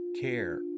care